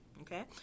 Okay